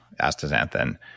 astaxanthin